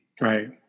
Right